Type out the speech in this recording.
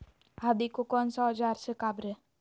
आदि को कौन सा औजार से काबरे?